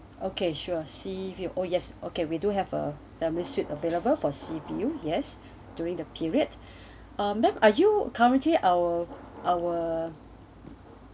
okay sure sea view oh yes okay we do have a demonstrate available for sea view yes during the period madam are you currently our our